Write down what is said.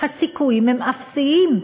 הסיכויים הם אפסיים.